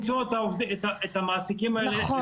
הטענה שאי אפשר למצוא את המעסיקים האלה --- נכון,